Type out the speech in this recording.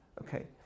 Okay